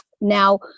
Now